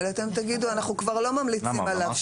אתם תגידו: אנחנו כבר לא ממליצים עליו,